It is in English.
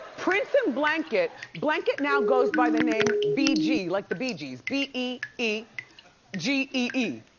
prince and blanket. blanket now goes by the name bee gee like the bee gees. b e e g e e.